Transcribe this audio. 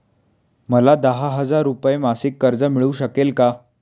मला दहा हजार रुपये मासिक कर्ज मिळू शकेल का?